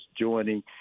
joining